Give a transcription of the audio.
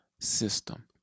system